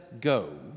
go